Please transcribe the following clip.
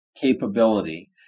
capability